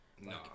No